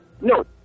No